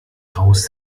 raus